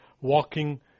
walking